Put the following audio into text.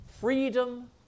freedom